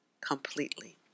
completely